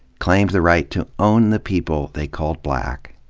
claimed the right to own the people they called black,